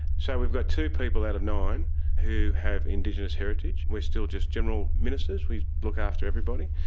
so we've got two people out of nine who have indigenous heritage. we're still just general ministers, we look after everybody.